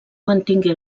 mantingué